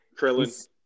Krillin